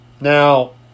now